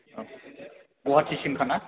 औ गुवाहाटि सिमखा ना